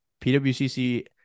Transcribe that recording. PWCC